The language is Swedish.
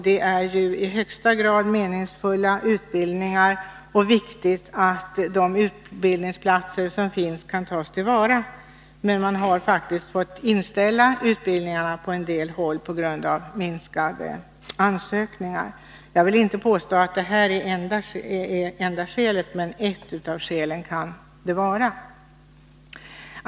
Det är i högsta grad meningsfulla utbildningar, och det är viktigt att de utbildningsplatser som finns kan tas till vara. Man har faktiskt fått inställa utbildningar på en del håll på grund av minskat antal ansökningar. Jag kan inte påstå att detta är enda skälet, men ett av skälen kan det vara.